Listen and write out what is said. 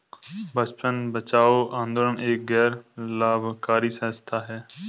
बचपन बचाओ आंदोलन एक गैर लाभकारी संस्था है